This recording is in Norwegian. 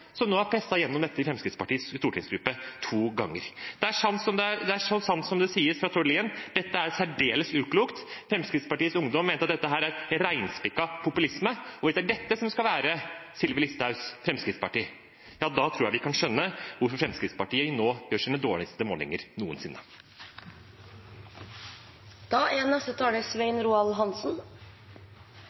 som nå har presset dette gjennom i Fremskrittspartiets stortingsgruppe to ganger. Det er så sant som det sies fra Tord Lien: Dette er særdeles uklokt. Fremskrittspartiets Ungdom mener at det er reinspikka populisme. Er det dette som skal være Sylvi Listhaugs Fremskrittspartiet, tror jeg vi kan skjønne hvorfor Fremskrittspartiet nå gjør sine dårligste målinger noensinne. I likhet med representanten Kjenseth lurer også jeg på hva som er